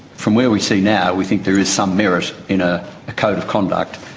from where we sit now, we think there is some merit in a code of conduct,